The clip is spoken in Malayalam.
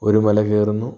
ഒരു മല കയറുന്നു